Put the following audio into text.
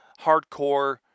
hardcore